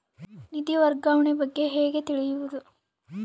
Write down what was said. ನಿಧಿ ವರ್ಗಾವಣೆ ಬಗ್ಗೆ ಹೇಗೆ ತಿಳಿಯುವುದು?